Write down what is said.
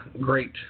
great